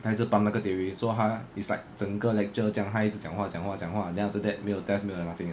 他还是 pump 那个 theory so 他 it's like 整个 lecture 这样他一直讲话讲话讲话 then after that 没有 test 没有的 nothing